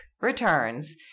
returns